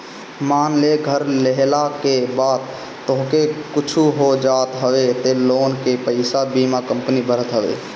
मान लअ घर लेहला के बाद तोहके कुछु हो जात हवे तअ लोन के पईसा बीमा कंपनी भरत हवे